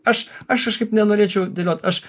aš aš kažkaip nenorėčiau dėliot aš